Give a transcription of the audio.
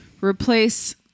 Replace